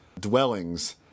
dwellings